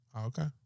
Okay